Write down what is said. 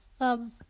Um-